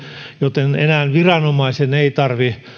joten enää viranomaisen ei tarvitse